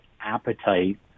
appetite